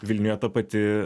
vilniuje ta pati